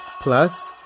Plus